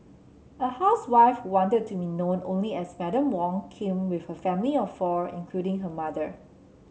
a housewife who wanted to be known only as Madam Wong came with her family of four including her mother